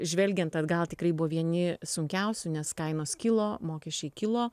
žvelgiant atgal tikrai buvo vieni sunkiausių nes kainos kilo mokesčiai kilo